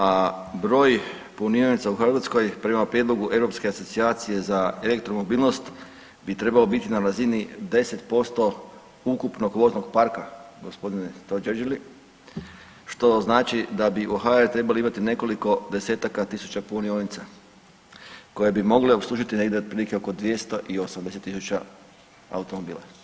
A broj punionica u Hrvatskoj prema prijedlogu Europske asocijacije za elektromobilnost bi trebao biti na razini 10% ukupnog voznog parka gospodine Totgergeli što znači da bi u RH trebali imati nekoliko desetaka tisuća punionica koje bi mogle opslužiti negdje otprilike oko 280.000 automobila.